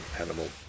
animal